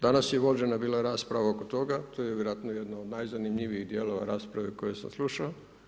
Danas je vođena bila rasprava oko toga, to je vjerojatno jedna od najzanimljivijih dijelova rasprave koju sam slušao.